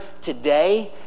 today